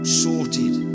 sorted